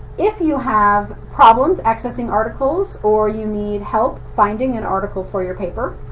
if you have problems accessing articles, or you need help finding an article for your paper,